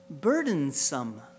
burdensome